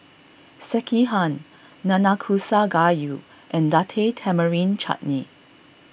Sekihan Nanakusa Gayu and Date Tamarind Chutney